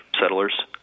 settlers